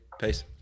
Peace